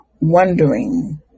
wondering